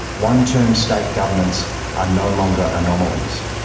one-term state governments are no longer anomalies.